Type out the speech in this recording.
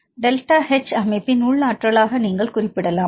delta H அமைப்பின் உள் ஆற்றலாக நீங்கள் குறிப்பிடலாம்